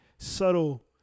subtle